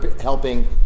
helping